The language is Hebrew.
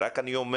אני רק אומר,